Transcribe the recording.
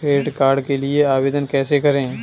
Credit card के लिए आवेदन कैसे करें?